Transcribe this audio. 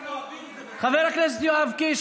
חבר הכנסת יואב קיש,